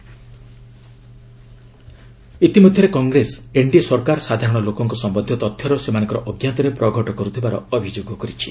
add BJP ରାହ୍ନଳ ଇତିମଧ୍ୟରେ Congress NDA ସରକାର ସାଧାରଣ ଲୋକଙ୍କ ସମ୍ଭନ୍ଧିୟ ତଥ୍ୟର ସେମାନଙ୍କ ଅଜ୍ଞାତରେ ପ୍ରଘଟ କରୁଥିବାର ଅଭିଯୋଗ କରିଛି